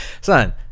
son